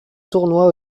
tournois